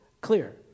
clear